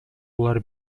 булар